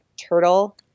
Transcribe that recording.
turtle